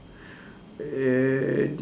uh